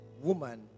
woman